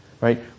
right